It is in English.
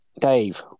Dave